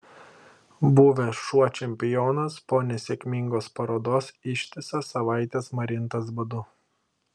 buvęs šuo čempionas po nesėkmingos parodos ištisas savaites marintas badu